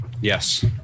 Yes